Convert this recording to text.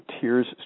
tears